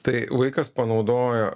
tai vaikas panaudojo